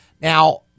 now